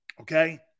Okay